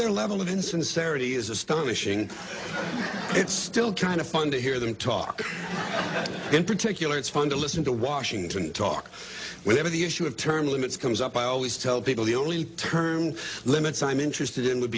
their level of insincerity is astonishing it's still kind of fun to hear them talk in particular it's fun to listen to washington talk we have the issue of term limits comes up i always tell people the only term limits i'm interested in would